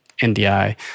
NDI